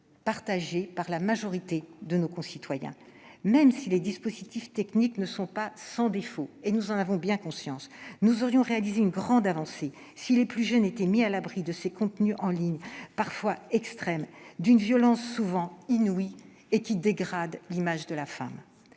partagée par la majorité de nos concitoyens. Même si les dispositifs techniques ne sont pas sans défaut- nous en sommes bien conscients !-, nous aurions réalisé une grande avancée si les plus jeunes étaient mis à l'abri de ces contenus en ligne parfois extrêmes, d'une violence souvent inouïe et qui dégradent l'image de la femme.